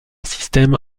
système